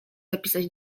zapisać